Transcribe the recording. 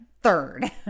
third